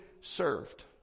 served